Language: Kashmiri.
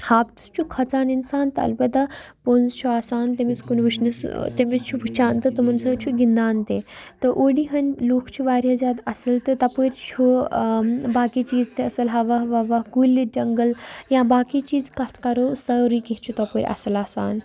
ہاپتَس چھُ کھۄژان اِنسان تہٕ البتہ پوٚنٛز چھُ آسان تیٚمِس کُن وٕچھنَس تٔمِس چھُ وٕچھان تہٕ تِمَن سۭتۍ چھُ گِندان تہِ تہٕ اوٗڑی ہٕنٛدۍ لوٗکھ چھِ واریاہ زیادٕ اَصٕل تہٕ تَپٲرۍ چھُ باقٕے چیٖز تہِ اَصٕل ہَوا وَوا کُلۍ جنگَل یا باقٕے چیٖز کَتھ کَرو سورُے کینٛہہ چھُ تَپٲرۍ اَصٕل آسان